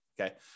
Okay